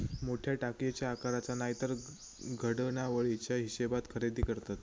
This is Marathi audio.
मोठ्या टाकयेच्या आकाराचा नायतर घडणावळीच्या हिशेबात खरेदी करतत